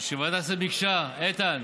שוועדת שרים ביקשה, איתן,